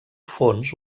fons